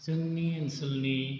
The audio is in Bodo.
जोंनि ओनसोलनि